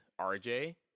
rj